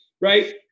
Right